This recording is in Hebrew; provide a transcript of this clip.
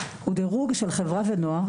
הוא דירוג של חברה ונוער,